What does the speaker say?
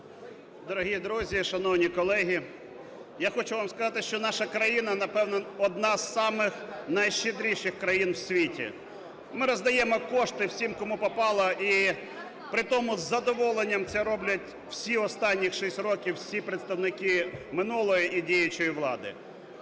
Дорогі друзі, шановні колеги, я хочу вам сказати, що наша країна, напевно, одна з самих найщедріших країн у світі. ми роздаємо кошти всім, кому попало, і притому із задоволенням це роблять всі останні 6 років всі представники минулої і діючої влади.